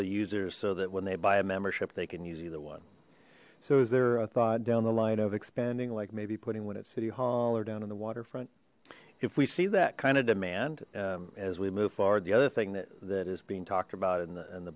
users so that when they buy a membership they can use either one so is there a thought down the line of expanding like maybe putting one at city hall or down in the water front if we see that kind of demand as we move forward the other thing that is being talked about in the and the